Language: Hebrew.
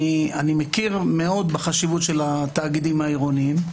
אני מכיר מאוד בחשיבות של התאגידים העירוניים,